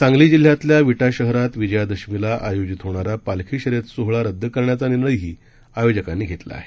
सांगली जिल्ह्यातल्या विटा शहरात विजया दशमीला आयोजित होणारा पालखी शर्यत सोहळा रद्द करण्याचा निर्णयही आयोजकांनी घेतला आहे